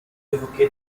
évoqué